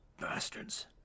Bastards